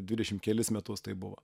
dvidešim kelis metus tai buvo